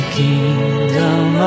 kingdom